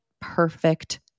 perfect